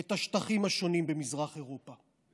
את השטחים השונים במזרח אירופה.